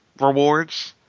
rewards –